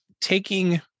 taking